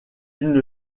une